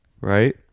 right